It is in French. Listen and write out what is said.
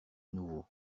nouveau